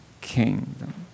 kingdom